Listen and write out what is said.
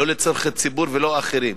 לא לצורכי ציבור ולא לצרכים אחרים.